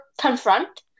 confront